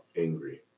angry